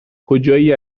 کجایی